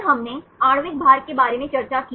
फिर हमने आणविक भार के बारे में चर्चा की